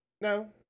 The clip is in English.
No